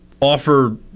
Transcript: offer